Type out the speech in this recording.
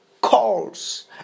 calls